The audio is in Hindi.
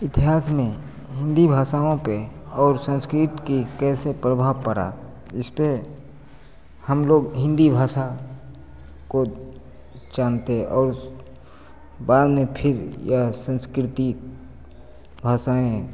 इतिहास में हिन्दी भाषाओं पर और संस्कृत का कैसे प्रभाव पड़ा इसपर हमलोग हिन्दी भाषा को जानते और बाद में फिर यह संस्कृति भाषाएँ